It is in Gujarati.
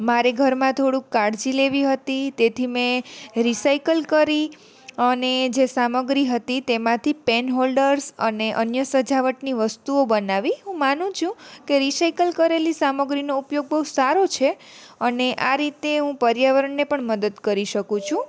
મારે ઘરમાં થોડુંક કાળજી લેવી હતી તેથી મેં રિસાઈકલ કરી અને જે સામગ્રી હતી તેમાંથી પેન હોલ્ડર્સ અને અન્ય સજાવટની વસ્તુઓ બનાવી હું માનું છું કે રિસાઈકલ કરેલી સામગ્રીનો ઉપયોગ બહુ સારો છે અને આ રીતે હું પર્યાવરણને પણ મદદ કરી શકું છું